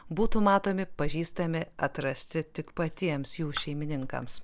būtų matomi pažįstami atrasti tik patiems jų šeimininkams